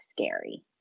scary